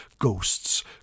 Ghosts